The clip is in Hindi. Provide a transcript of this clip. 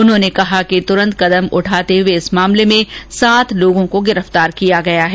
उन्होंने कहा कि तुरंत कदम उठाते हुए इस मामले में सात लोगों को गिरफतार किया गया है